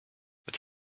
but